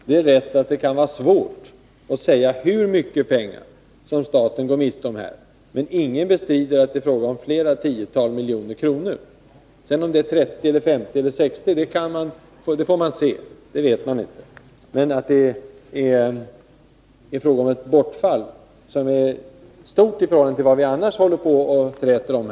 Fru talman! Det är riktigt att det kan vara svårt att säga hur mycket pengar som staten går miste om, men ingen bestrider att det är fråga om flera tiotals miljoner kronor. Om det sedan blir 30, 50 eller 60 milj.kr. vet man inte. Det råder emellertid inget tvivel om att det är fråga om ett bortfall som är stort, jämfört med vad vi annars brukar träta om.